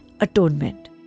atonement